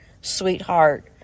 sweetheart